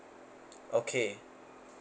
okay